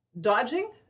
dodging